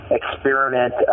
experiment